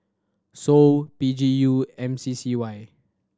Sou P G U and M C C Y